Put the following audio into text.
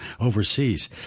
overseas